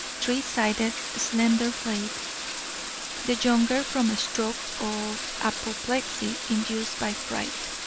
three-sided, slender blade the younger from a stroke of apoplexy, induced by fright.